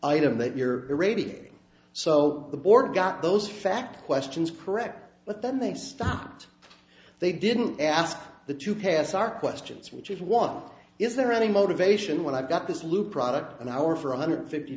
item that you're arabia so the board got those fact questions correct but then they stopped they didn't ask the to pass our questions which if one is there any motivation when i've got this loop product an hour for one hundred fifty